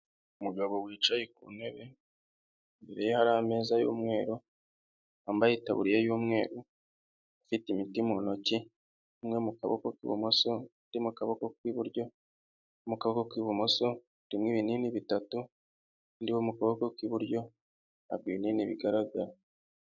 Umugabo wicaye ku ntebe, imbere ye hari ameza y'umweru wambaye yitaburiya y'umweru afite imiti mu ntoki imwe mu kaboko k'ibumoso, indi mu kuboko kw'iburyo mu kaboko k'ibumoso irimwo ibinini bitatu indi yo mu kuboko kw'iburyo ntabwo ibinini bigaragara.